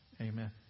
amen